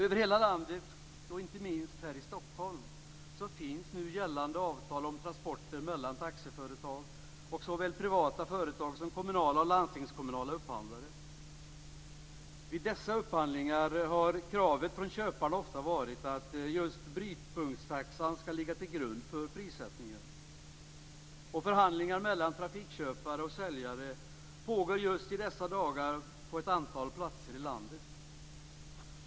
Över hela landet och inte minst här i Stockholm finns nu gällande avtal om transporter mellan taxiföretag och såväl privata företag som kommunala och landstingskommunala upphandlare. Vid dessa upphandlingar har kravet från köparna ofta varit att just brytpunktstaxan skall ligga till grund för prissättningen. Förhandlingar mellan trafikköpare och säljare pågår just i dessa dagar på ett antal platser i landet.